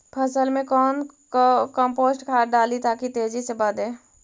फसल मे कौन कम्पोस्ट खाद डाली ताकि तेजी से बदे?